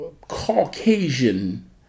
Caucasian